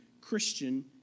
Christian